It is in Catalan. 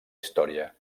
història